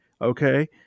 okay